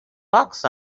bucks